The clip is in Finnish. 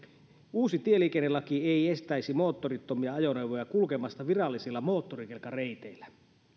uusi tieliikennelaki ei estäisi moottorittomia ajoneuvoja kulkemasta virallisilla moottorikelkkareiteillä